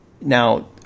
Now